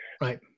Right